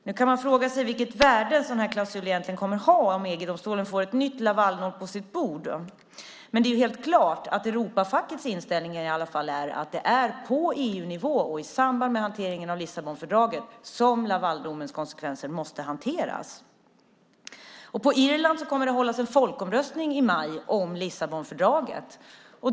Nu kan man fråga sig vilket värde en sådan klausul skulle ha om EG-domstolen fick ett Lavalmål på sitt bord, men helt klart är Europafackets inställning den att det är på EU-nivå och i samband med hanteringen av Lissabonfördraget som Lavaldomens konsekvenser måste hanteras. På Irland hålls i maj en folkomröstning om Lissabonfördraget.